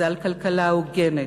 זה על כלכלה הוגנת,